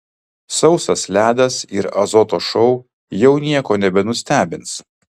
sausas ledas ir azoto šou jau nieko nebenustebins